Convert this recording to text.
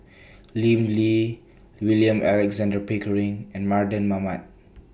Lim Lee William Alexander Pickering and Mardan Mamat